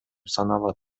саналат